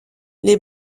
les